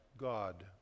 God